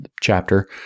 chapter